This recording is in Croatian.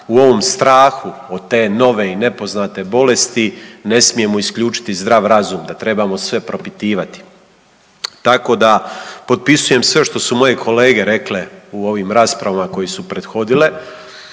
u ovom strahu od te nove i nepoznate bolesti ne smijemo isključiti zdrav razum, da trebamo sve propitivati. Tako da potpisujem sve što su moje kolege rekle u ovim raspravama koje su prethodile.